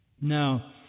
Now